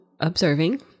observing